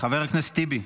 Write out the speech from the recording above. חבר הכנסת טיבי,